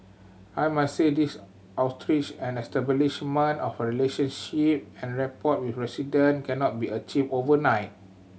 I must say these outreach and establishment of relationship and rapport with resident cannot be achieved overnight